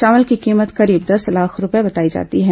चावल को कीमत करीब दस लाख रूपये बताई जाती है